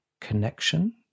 connection